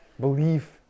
belief